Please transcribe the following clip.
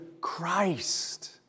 Christ